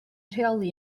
rheoli